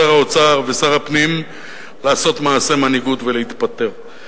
שר האוצר ושר הפנים לעשות מעשה מנהיגות ולהתפטר.